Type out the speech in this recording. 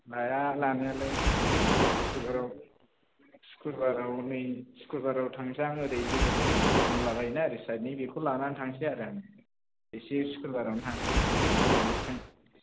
लाया लानायालाय सुख्रबाराव नै सुख्रबाराव थांनोसै आं ओरै लोगोफोर दंलाबायो ना ओरै सायेदनि बेखौ लानानै थांनोसै आरो एसे सुख्रबाराव थांनोसै हरैहायसिम